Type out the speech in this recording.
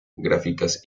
gráficas